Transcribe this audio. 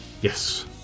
Yes